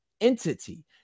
entity